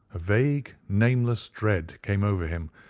a vague, nameless dread came over him,